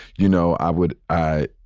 you know, i would, i,